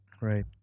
right